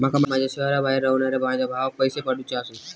माका माझ्या शहराबाहेर रव्हनाऱ्या माझ्या भावाक पैसे पाठवुचे आसा